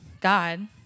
God